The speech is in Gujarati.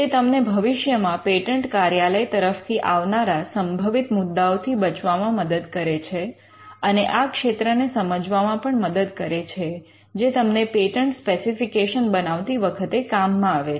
તે તમને ભવિષ્યમાં પેટન્ટ કાર્યાલય તરફથી આવનારા સંભવિત મુદ્દાઓથી બચવામાં મદદ કરે છે અને આ ક્ષેત્રને સમજવામાં પણ મદદ કરે છે જે તમને પેટન્ટ સ્પેસિફિકેશન બનાવતી વખતે કામમાં આવે છે